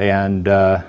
and the